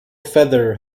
feather